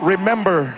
Remember